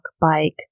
bike